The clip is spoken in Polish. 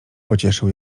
pocieszył